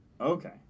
Okay